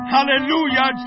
Hallelujah